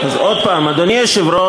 אז עוד פעם: אדוני היושב-ראש,